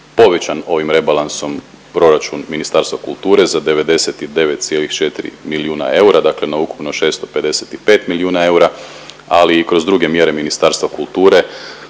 povećan ovim rebalansom proračun Ministarstva kulture za 99,4 milijuna eura dakle na ukupno 655 milijuna eura, ali i kroz druge mjere Ministarstva kulture